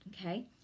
okay